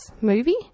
movie